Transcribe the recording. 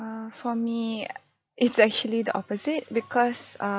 ah for me it's actually the opposite because ah